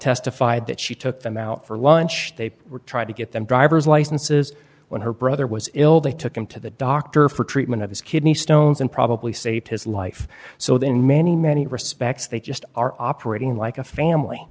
testified that she took them out for lunch they were trying to get them driver's licenses when her brother was ill they took him to the doctor for treatment of his kidney stones and probably saved his life so that in many many respects they just are operating like a family